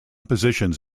positions